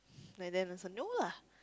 like then is a no lah